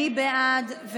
מי בעד?